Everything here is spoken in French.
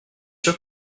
sûr